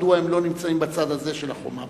מדוע הם לא נמצאים בצד הזה של החומה,